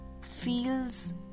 feels